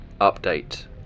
Update